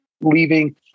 leaving